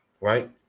Right